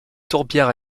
tourbières